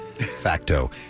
facto